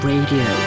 Radio